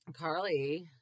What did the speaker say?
Carly